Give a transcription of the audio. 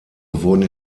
wurden